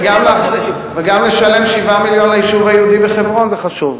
וגם לשלם 7 מיליון ליישוב היהודי בחברון זה חשוב,